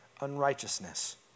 unrighteousness